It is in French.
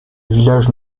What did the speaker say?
village